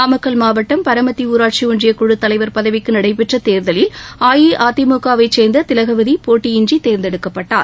நாமக்கல் மாவட்டம் பரமத்தி ஊராட்சி ஒன்றிய குழு தலைவர் பதவிக்கு நடைபெற்ற தேர்தலில் அஇஅதிமுக வை சேர்ந்த திலகவதி போட்டியின்றி தேர்ந்தெடுக்கப்பட்டார்